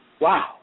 Wow